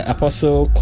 Apostle